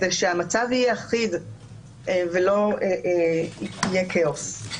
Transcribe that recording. ושהמצב יהיה אחיד ולא יהיה כאוס.